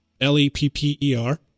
L-E-P-P-E-R